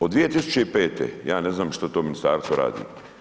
Od 2005., ja ne znam što to ministarstvo radi.